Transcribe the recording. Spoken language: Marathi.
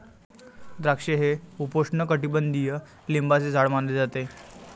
द्राक्षे हे उपोष्णकटिबंधीय लिंबाचे झाड मानले जाते